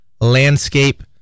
landscape